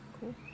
Cool